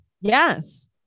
Yes